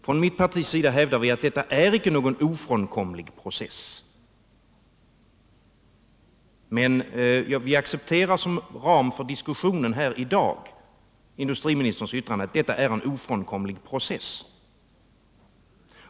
Från mitt partis sida hävdar vi att detta icke är någon ofrånkomlig process, men som ram för diskussionen accepterar vi i dag industriministerns yttrande att detta är en ofrånkomlig process.